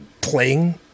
playing